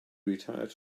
retired